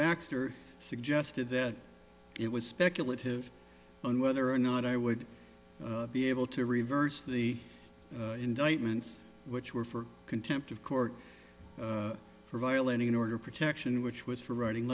baxter suggested that it was speculative on whether or not i would be able to reverse the indictments which were for contempt of court for violating an order of protection which was for writing